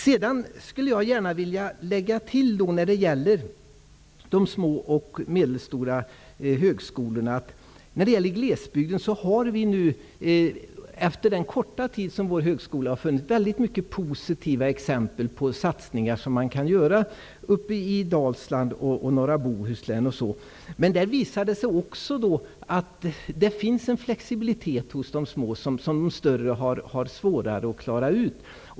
Jag skulle vilja tillägga när det gäller de små och medelstora högskolorna i glesbygden att det, efter den korta tid som högskolan funnits där, finns många positiva exempel på satsningar som kan göras, bl.a. i Dalsland och norra Bohuslän. Det visar sig också att det finns en flexibilitet hos de små som de större har svårare att klara.